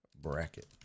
Bracket